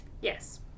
Yes